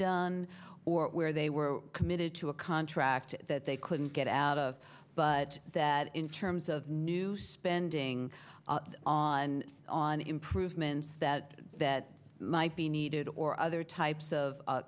done or where they were committed to a contract that they couldn't get out of but that in terms of new spending on on improvements that that might be needed or other types of